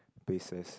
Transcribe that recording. bases